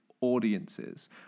audiences